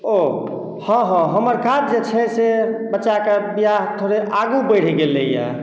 ओ हँ हँ हमर काज जे छै से बच्चाके बिआह थोड़े आगू बढ़ि गेलैए